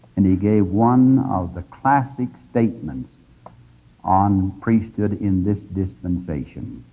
and he gave one of the classic statements on priesthood in this dispensation,